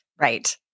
Right